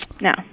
No